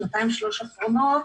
שנתיים-שלוש האחרונות,